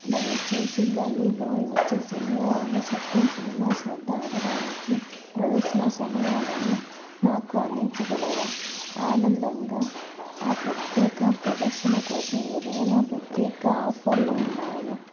దయచేసి గల్లీ బాయ్ వచ్చే శనివారంను సత్యం సినిమాస్ వద్ద ఆడటానికి ప్రదర్శన సమయాలను నాకు అందించగలరా ఆనందంగా ఆ ప్రత్యేక ప్రదర్శన కోసం ఏదైనా ప్రత్యేక ఆఫర్లు ఉన్నాయా